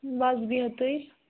بَس بِہِتھٕے